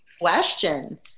question